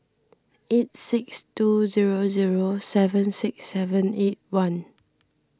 eight six two zero zero seven six seven eight one